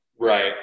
Right